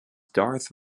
darth